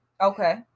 Okay